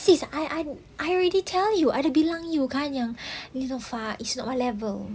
sis I I I already tell you I dah bilang you kan neelofa is not our level